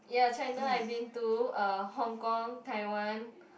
ya China I've been to uh Hong-Kong Taiwan